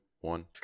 one